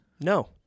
No